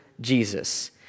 Jesus